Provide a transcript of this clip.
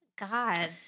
God